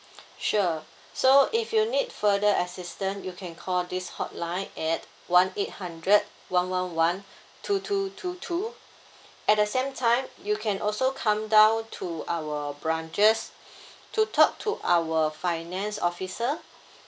sure so if you need further assistance you can call this hotline at one eight hundred one one one two two two two at the same time you can also come down to our branches to talk to our finance officer